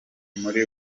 muri